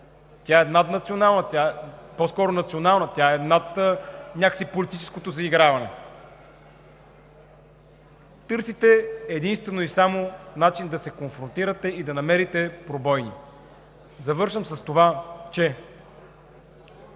Тя е национална, тя е над политическото заиграване. Търсите единствено и само начин да се конфронтирате и да намерите пробойни. Завършвам с това, че